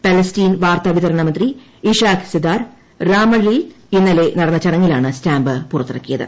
Palestine വാർത്തവിതരണ മന്ത്രി ഇഷാക്സെദർ രാമള്ളയിൽ ഇന്നലെ നടന്ന ചടങ്ങിലാണ് സ്റ്റാമ്പ് പുറത്തിറക്കിയത്